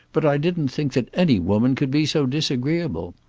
but i didn't think that any woman could be so disagreeable.